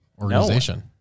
organization